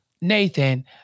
Nathan